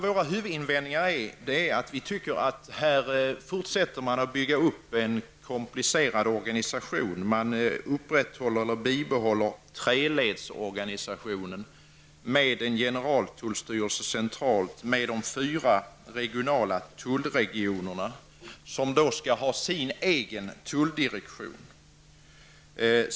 Vår huvudinvändning riktar sig mot att man fortsätter att bygga upp en komplicerad organisation. Man bibehåller treledsorganisationen med en central generaltullstyrelse och med fyra regionala tullregioner som skall ha sin egen tulldirektion.